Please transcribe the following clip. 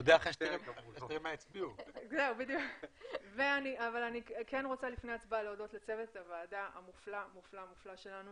לפני ההצבעה אני רוצה להודות לצוות הוועדה המופלא שלנו